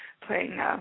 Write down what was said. playing